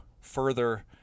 further